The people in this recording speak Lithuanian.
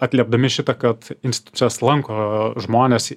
atliepdami šitą kad institucijas lanko žmonės